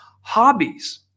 hobbies